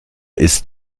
ist